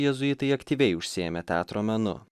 jėzuitai aktyviai užsiėmė teatro menu